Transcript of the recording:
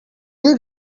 you